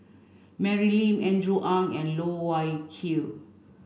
Mary Lim Andrew Ang and Loh Wai Kiew